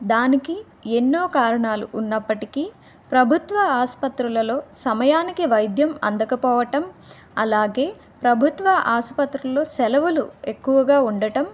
దానికి ఎన్నో కారణాలు ఉన్నప్పటికీ ప్రభుత్వ ఆసుపత్రులలో సమయానికి వైద్యం అందకపోవటం అలాగే ప్రభుత్వ ఆసుపత్రులలో సెలవులు ఎక్కువగా ఉండటం